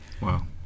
Wow